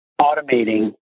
automating